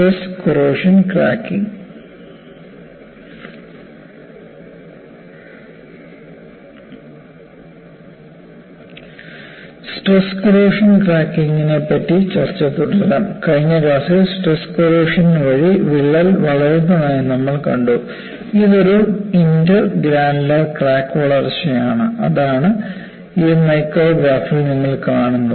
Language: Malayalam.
stress corrosion cracking stress corrosion ക്രാക്കിംഗ്നെപ്പറ്റി ചർച്ച തുടരാം കഴിഞ്ഞ ക്ലാസ്സിൽ സ്ട്രെസ് കോറോഷൻ വഴി വിള്ളൽ വളരുന്നതായി നമ്മൾ കണ്ടു ഇത് ഒരു ഇന്റർ ഗ്രാനുലാർ ക്രാക്ക് വളർച്ചയാണ് അതാണ് ഈ മൈക്രോഗ്രാഫിൽ നിങ്ങൾ കാണുന്നത്